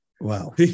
wow